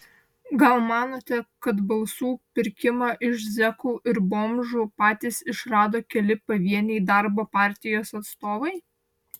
gal manote kad balsų pirkimą iš zekų ir bomžų patys išrado keli pavieniai darbo partijos atstovai